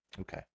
Okay